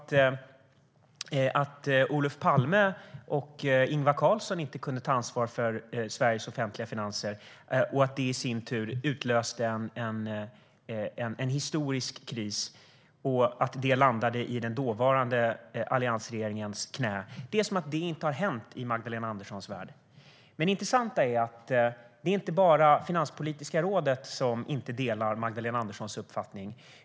Den berodde på att Olof Palme och Ingvar Carlsson inte kunde ta ansvar för Sveriges offentliga finanser, vilket i sin tur utlöste en historisk kris som landade i den dåvarande alliansregeringens knä. Men det är som om detta inte har hänt i Magdalena Anderssons värld. Det intressanta är att det inte bara är Finanspolitiska rådet som inte delar Magdalena Anderssons uppfattning.